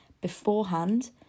Beforehand